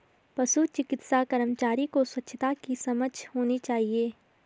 पशु चिकित्सा कर्मचारी को स्वच्छता की समझ होनी चाहिए